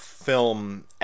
Film